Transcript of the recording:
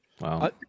Wow